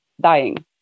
dying